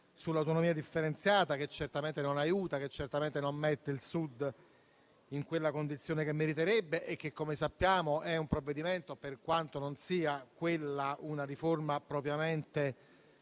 sull'autonomia differenziata, che certamente non aiuta e non mette il Sud in quella condizione che meriterebbe. Come sappiamo, quello è un provvedimento, per quanto non sia una riforma propriamente